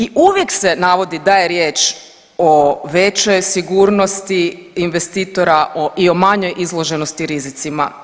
I uvijek se navodi da je riječ o većoj sigurnosti investitora i o manjoj izloženosti rizicima.